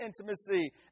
intimacy